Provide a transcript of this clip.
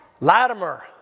Latimer